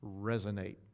resonate